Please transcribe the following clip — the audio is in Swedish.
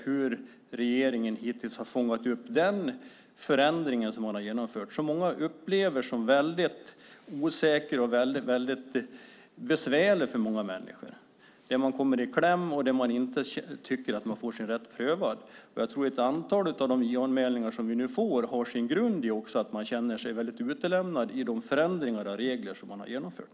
Hur har regeringen hittills fångat upp den förändring som man har genomfört, som många upplever som osäker och besvärlig? Man kommer i kläm och tycker inte att man får sin rätt prövad. Jag tror att ett antal av de JO-anmälningar som vi får har sin grund i att man känner sig väldigt utelämnad i de regelförändringar som man har genomfört.